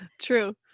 True